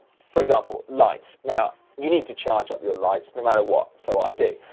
for example, lights. now, you need to charge up your lights, no matter what, so i do.